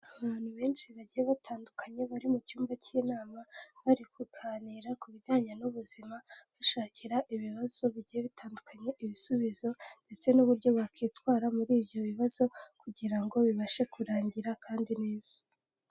Abantu benshi bagiye batandukanye bari mu cyumba cy'inama, bari kuganira ku bijyanye n'ubuzima, bashakira ibibazo bigiye bitandukanya ibisubizo ndetse n'uburyo bakwitwara muri ibyo bibazo kugira ngo bibashe kurangira kandi neza.